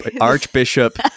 Archbishop